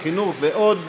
החינוך ועוד,